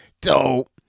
Dope